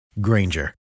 Granger